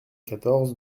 quatorze